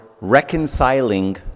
reconciling